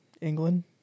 England